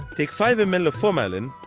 take five ml of formalin,